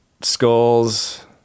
Skulls